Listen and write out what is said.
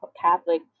Catholic